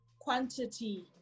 quantity